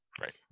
right